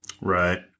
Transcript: right